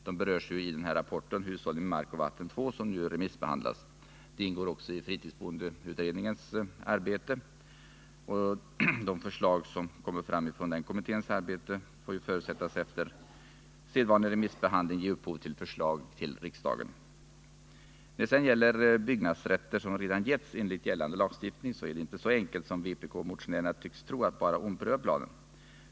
De berörs ju i rapporten Hushållning med mark och vatten 2, som nu remissbehandlas. De ingår också i fritidsboendeutredningens arbete. Dess förslag får förutsättas efter sedvanlig remissbehandling ge upphov till förslag När det gäller byggnadsrätter som redan getts enligt gällande lagstiftning är det inte så enkelt som vpk-motionärerna tycks tro, att man utan vidare kan ompröva planen.